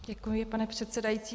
Děkuji, pane předsedající.